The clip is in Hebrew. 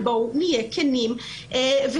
בואו נהיה כנים והוגנים.